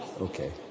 Okay